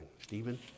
Stephen